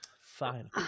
Fine